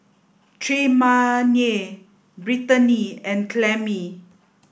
Tremayne Brittanie and Clemie